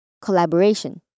collaboration